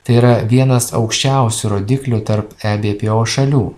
tai yra vienas aukščiausių rodiklių tarp ebpo šalių